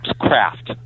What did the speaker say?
craft